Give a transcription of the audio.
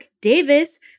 Davis